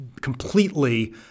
completely